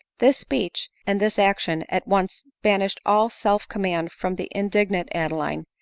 this speech, and this action, at once banished all self-command from the indignant adeline,